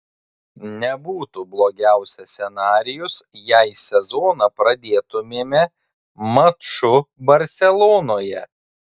nebūtų blogiausias scenarijus jei sezoną pradėtumėme maču barselonoje